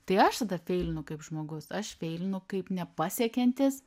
tai aš tada feilinu kaip žmogus aš feilinu kaip nepasiekiantis